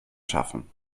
schaffen